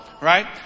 right